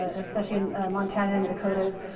especially in montana and the dakotas,